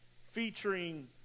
featuring